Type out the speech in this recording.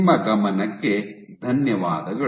ನಿಮ್ಮ ಗಮನಕ್ಕೆ ಧನ್ಯವಾದಗಳು